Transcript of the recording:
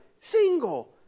single